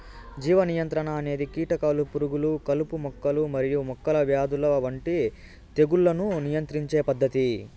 జీవ నియంత్రణ అనేది కీటకాలు, పురుగులు, కలుపు మొక్కలు మరియు మొక్కల వ్యాధుల వంటి తెగుళ్లను నియంత్రించే పద్ధతి